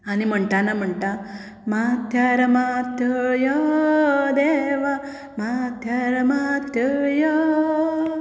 आनी म्हणटाना म्हणटा माथ्यार मात्तो यो देवा माथ्यार मात्तो यो